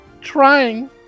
trying